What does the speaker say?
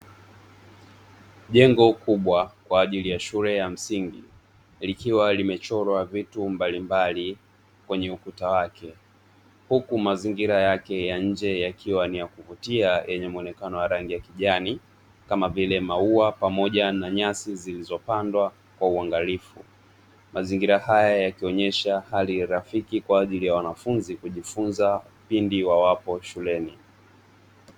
Jengo kubwa kwa ajili ya shule ya msingi likiwa limechorwa vitu mbalimbali kwenye ukuta wake, huku mazingira yake ya nje yakiwa ni ya kuvutia yenye mwonekano wa rangi ya kijani kama vile maua pamoja na nyasi zilizopandwa kwa uangalifu mazingira haya yakionyesha hali rafiki kwa ajili ya wanafunzi kujifunza pindi wa wapo shuleni.